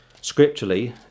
scripturally